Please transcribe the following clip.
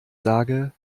sage